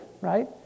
right